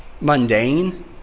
mundane